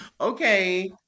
okay